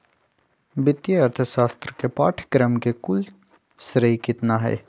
वित्तीय अर्थशास्त्र के पाठ्यक्रम के कुल श्रेय कितना हई?